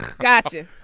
Gotcha